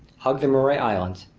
hugged the murray islands,